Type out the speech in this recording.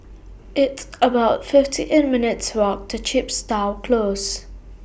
It's about fifty eight minutes' Walk to Chepstow Close